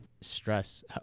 stress